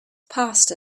passed